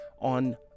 on